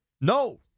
No